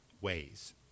ways